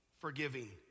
forgiving